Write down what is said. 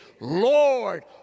Lord